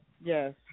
Yes